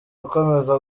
akomeza